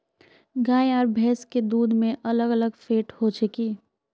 गाय आर भैंस के दूध में अलग अलग फेट होचे की?